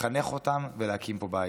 לחנך אותה ולהקים פה בית,